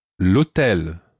L'hôtel